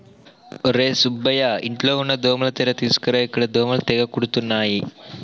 ఒర్రే సుబ్బయ్య ఇంట్లో ఉన్న దోమల తెర తీసుకురా ఇక్కడ దోమలు తెగ కుడుతున్నాయి